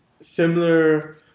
similar